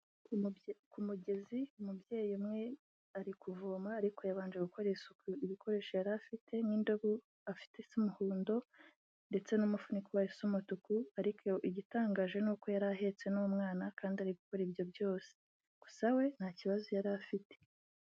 Ku mugezi umubyeyi umwe ari kuvoma ariko yabanje gukorera isuku ibikoresho yari afite n'indobo afite isa umuhondo ndetse n'umufuniko wayo usa umutuku, ariko igitangaje ni uko yari ahetse n'umwana kandi ari gukora ibyo byose gusa we nta kibazo yari afite.